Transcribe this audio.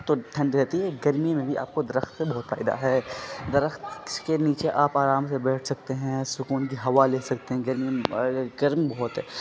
تو ٹھنڈ رہتی ہے گرمی میں بھی آپ کو درخت سے بہت فائدہ ہے درخت کے نیچے آپ آرام سے بیٹھ سکتے ہیں سکون کی ہوا لے سکتے ہیں گرمی گرمی بہت ہے